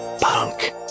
Punk